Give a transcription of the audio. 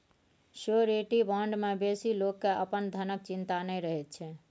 surety bond मे बेसी लोक केँ अपन धनक चिंता नहि रहैत छै